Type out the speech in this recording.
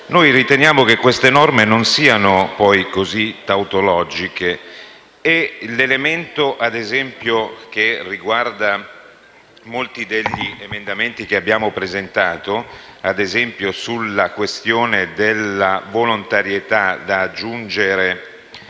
noi riteniamo che queste norme non siano così tautologiche. L'elemento che riguarda molti degli emendamenti che abbiamo presentato, come quello sulla questione della volontarietà da aggiungere